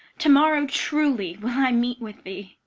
to-morrow truly will i meet with thee.